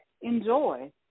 enjoy